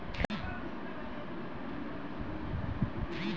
tractor হচ্ছে সেই motor গাড়ি যেটা দিয়ে সহজে মানুষ চাষ করতে পারে